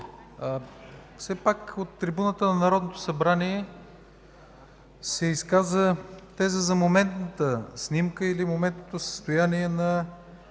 Все пак от трибуната на Народното събрание се изказа теза за моментната снимка или моментното състояние на